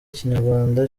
ikinyarwanda